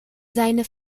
seine